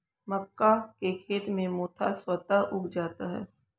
मक्का के खेत में मोथा स्वतः उग जाता है